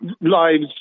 lives